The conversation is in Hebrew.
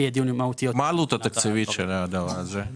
מה העלות התקציבית של הדבר הזה?